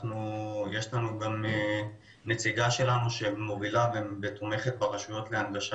יש לנו גם נציגה שלנו שמובילה ותומכת ברשויות להנגשה